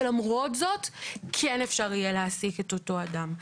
ולמרות זאת כן אפשר יהיה להעסיק את אותו אדם.